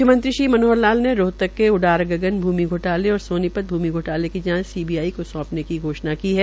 मुख्यमंत्री श्री मनोहर लाल ने रोहतक के उडार गमन भूमि घोटालें और सोनीपत भूमि घोटाले की जांच सीबीआई को सौंपने की घोषणा की है